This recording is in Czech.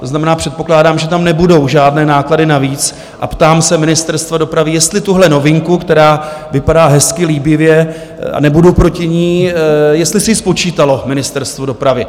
To znamená, předpokládám, že tam nebudou žádné náklady navíc, a ptám se Ministerstva dopravy, jestli tuhle novinku, která vypadá hezky, líbivě a nebudu proti ní jestli si spočítalo Ministerstvo dopravy?